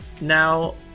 Now